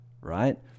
right